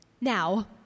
Now